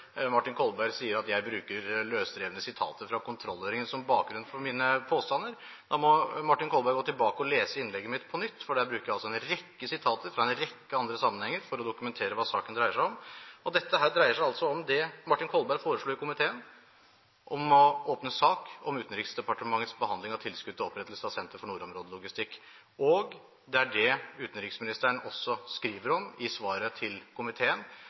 Martin Kolberg sier at jeg bruker løsrevne sitater fra kontrollhøringen som bakgrunn for mine påstander. Da må Martin Kolberg gå tilbake og lese innlegget mitt på nytt, for der bruker jeg altså en rekke sitater fra en rekke andre sammenhenger for å dokumentere hva saken dreier seg om. Dette dreier seg altså om det Martin Kolberg foreslo i komiteen, å åpne sak om Utenriksdepartementets behandling av tilskudd til opprettelse av Senter for nordområdelogistikk. Det er det utenriksministeren også skriver om i svaret til komiteen.